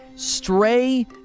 Stray